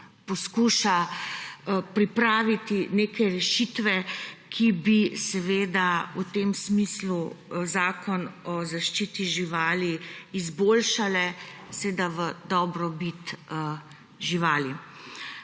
poskuša pripraviti neke rešitve, ki bi v tem smislu Zakon o zaščiti živali izboljšale, seveda v dobro živali.